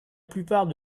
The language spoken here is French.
plupart